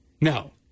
no